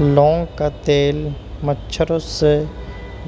لونگ کا تیل مچھروں سے